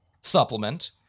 supplement